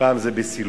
פעם זה בסילואן,